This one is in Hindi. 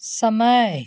समय